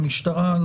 למשטרה,